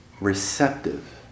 receptive